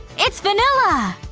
it's vanilla!